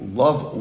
love